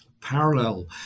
parallel